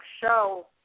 show